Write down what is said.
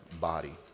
body